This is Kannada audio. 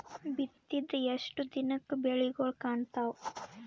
ಬಿತ್ತಿದ ಎಷ್ಟು ದಿನಕ ಬೆಳಿಗೋಳ ಕಾಣತಾವ?